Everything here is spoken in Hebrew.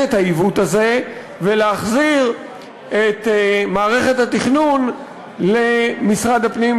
את העיוות הזה ולהחזיר את מערכת התכנון למשרד הפנים,